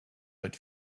but